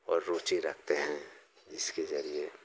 और रूचि रखते हैं इसके जरिए